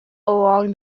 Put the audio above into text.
along